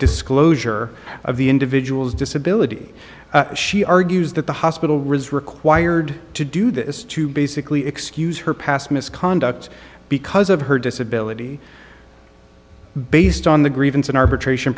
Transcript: disclosure of the individual's disability she argues that the hospital reserve acquired to do this to basically excuse her past misconduct because of her disability based on the grievance and arbitration